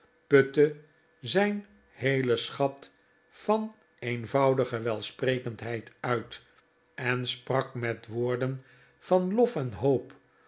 putte zijn heelen schat van eenvoudige welsprekendheid uit en sprak met woorden van lof en hoop